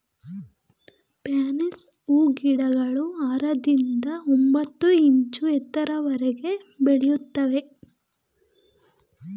fancy ಹೂಗಿಡಗಳು ಆರರಿಂದ ಒಂಬತ್ತು ಇಂಚು ಎತ್ತರದವರೆಗೆ ಬೆಳಿತವೆ